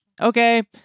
Okay